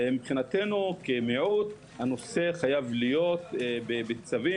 מבחינתנו כמיעוט הנושא חייב להיות בצווים